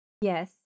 Yes